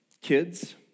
Kids